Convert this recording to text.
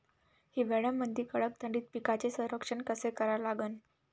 हिवाळ्यामंदी कडक थंडीत पिकाचे संरक्षण कसे करा लागन?